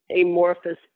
amorphous